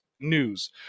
news